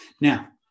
Now